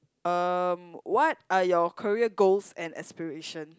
um what are your career goals and aspiration